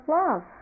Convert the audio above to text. love